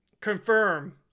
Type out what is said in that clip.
confirm